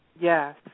yes